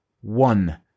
one